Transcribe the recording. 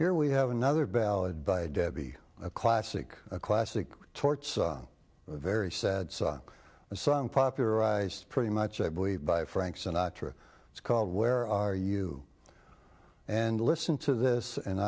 here we have another ballad by debbie a classic a classic torts very sad saw a song popularized pretty much i believe by frank sinatra it's called where are you and listen to this and